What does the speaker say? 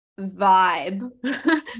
vibe